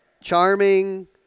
charming